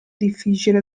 difficile